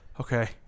okay